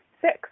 six